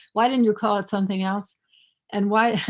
why didn't you call it something else and why,